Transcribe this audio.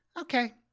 okay